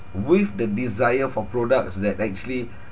with the desire for products that actually